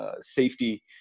safety